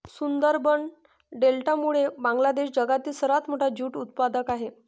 सुंदरबन डेल्टामुळे बांगलादेश जगातील सर्वात मोठा ज्यूट उत्पादक आहे